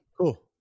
Cool